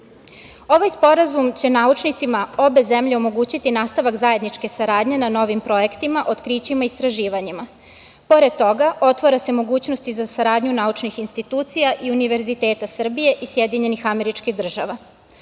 sporazum će naučnicima obe zemlje omogućiti nastavak zajedničke saradnje na novim projektima, otkrićima i istraživanjima. Pored toga, otvara se mogućnost i za saradnju naučnih institucija i univerziteta Srbije i SAD. Razmena ideja